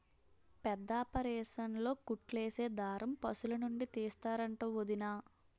పెద్దాపరేసన్లో కుట్లేసే దారం పశులనుండి తీస్తరంట వొదినా